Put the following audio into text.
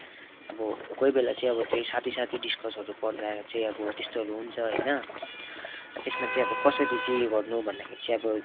अब कोही बेला चाहिँ अब त्यही साथी साथी डिस्कसहरू पर्दा चाहिँ अब त्यस्तोहरू हुन्छ होइन त्यसमा चाहिँ अब कसरी चाहिँ अब उयो गर्नु भन्दाखेरि चाहिँ अब